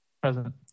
Present